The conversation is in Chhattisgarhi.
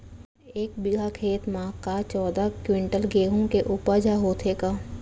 एक बीघा खेत म का चौदह क्विंटल गेहूँ के उपज ह होथे का?